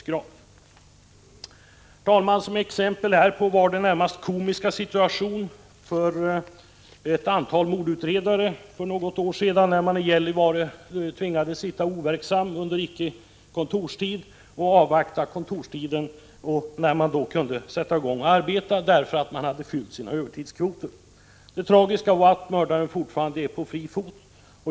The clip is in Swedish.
Som ett exempel på hur förhållandena är kan nämnas den närmast komiska situation som uppstod för ett antal mordutredare i Gällivare för något år sedan, när dessa tvingades sitta overksamma under icke kontorstid, eftersom de hade förbrukat sina övertidskvoter. Det tragiska är att mördaren fortfarande är på fri fot.